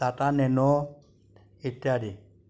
টাটা নেনু ইত্যাদি